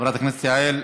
חברת הכנסת יעל,